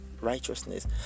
righteousness